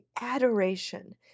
adoration